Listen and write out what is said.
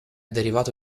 derivato